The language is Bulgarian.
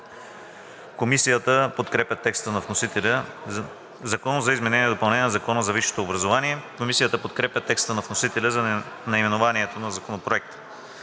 Комисията подкрепя текста на вносителя за наименованието на Законопроекта.